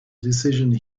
decision